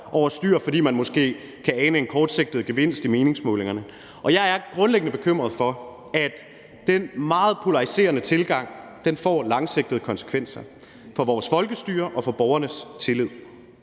over styr, fordi man måske kan ane en kortsigtet gevinst i meningsmålingerne. Jeg er grundlæggende bekymret for, at den meget polariserende tilgang får langsigtede konsekvenser for vores folkestyre og for borgernes tillid.